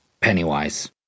Pennywise